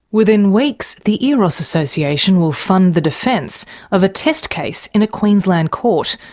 within weeks the eros association will fund the defence of a test case in a queensland court,